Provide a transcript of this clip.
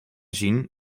zien